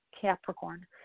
Capricorn